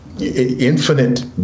infinite